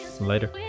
later